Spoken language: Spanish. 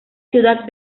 ciudad